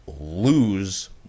lose